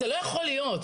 זה לא יכול להיות,